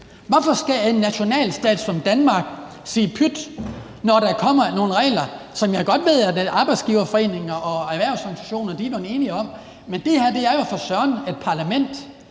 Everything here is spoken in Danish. Hvorfor skal en nationalstat som Danmark sige pyt, når der kommer nogle regler, som jeg godt ved at arbejdsgiverforeninger og erhvervsorganisationer er blevet enige om? Men det her er jo for søren et parlament,